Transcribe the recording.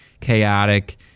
chaotic